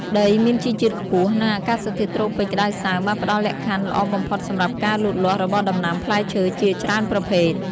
ដីមានជីជាតិខ្ពស់ និងអាកាសធាតុត្រូពិចក្តៅសើមបានផ្តល់លក្ខខណ្ឌល្អបំផុតសម្រាប់ការលូតលាស់របស់ដំណាំផ្លែឈើជាច្រើនប្រភេទ។